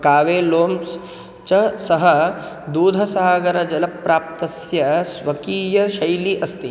कावेलोम्स् च सः दूधसहागरजलप्रान्तस्य स्वकीयशैली अस्ति